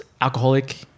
alcoholic